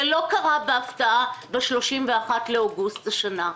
זה לא קרה בהפתעה ב-31.8 השנה.